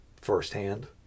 firsthand